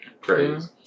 crazy